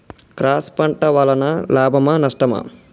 Cross పంట వలన లాభమా నష్టమా?